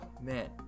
man